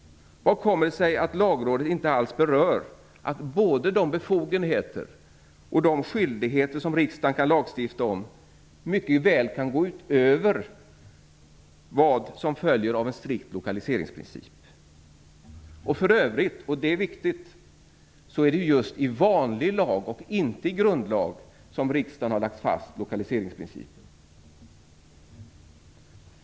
Hur kommer det sig att Lagrådet inte alls berör att både de befogenheter och de skyldigheter som riksdagen kan lagstifta om mycket väl kan gå utöver vad som följer av en strikt lokaliseringsprincip? För övrigt är det just i vanlig lag och inte i grundlag som riksdagen har lagt fast lokaliseringsprincipen.